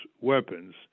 weapons